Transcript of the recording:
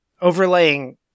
overlaying